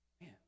Man